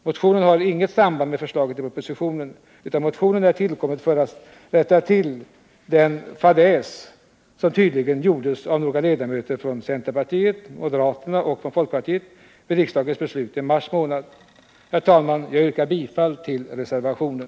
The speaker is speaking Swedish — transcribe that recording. Motionen har inget samband med förslaget i propositionen utan är tillkommen för att rätta till den fadäs som tydligen begicks av några ledamöter från centerpartiet, moderaterna och folkpartiet vid riksdagens beslut i mars. Herr talman! Jag yrkar bifall till reservationen.